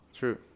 true